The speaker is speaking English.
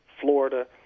florida